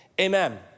amen